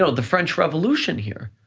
so the french revolution here.